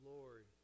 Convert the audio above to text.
Lord